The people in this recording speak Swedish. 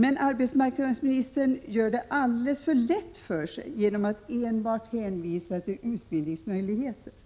Men arbetsmarknadsministern gör det alltför lätt för sig genom att enbart hänvisa till utbildningsmöjligheterna